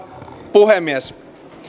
puhemies